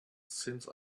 since